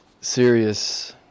serious